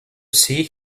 see